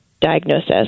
diagnosis